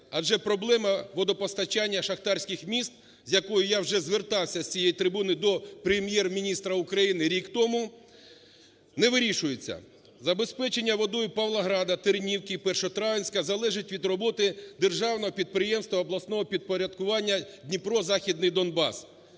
адже проблема водопостачання шахтарських міст, з якою я вже звертався з цієї трибуни до Прем'єр-міністра України рік тому, не вирішується. Забезпечення водою Павлограда, Тернівки, Першотравенська залежить від роботи Державного підприємства обласного підпорядкування Дніпро-Західний Донбас.